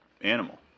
animal